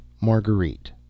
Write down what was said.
Marguerite